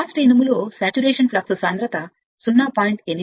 cost ఇనుము సంతృప్త flux సాంద్రత మీటరు చదరపుకి 0